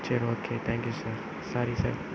சரி okay thank you sir sorry sir